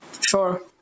sure